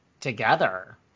together